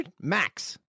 max